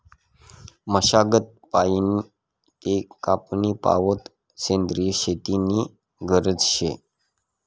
मशागत पयीन ते कापनी पावोत सेंद्रिय शेती नी गरज शे